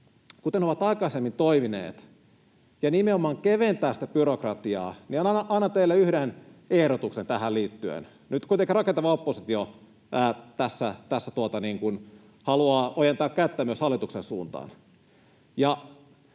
kuten on aikaisemmin toiminut ja nimenomaan keventää sitä byrokratiaa, niin annan teille yhden ehdotuksen tähän liittyen. Nyt rakentava oppositio tässä haluaa ojentaa kättä myös hallituksen suuntaan,